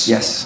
Yes